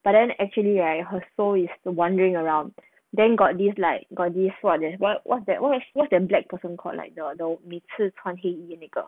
but then actually right her soul is wondering around then got this like got this shot that what's that what's what's that black person called like the 都每次穿黑衣那个